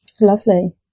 lovely